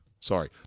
Sorry